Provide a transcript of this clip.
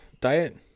diet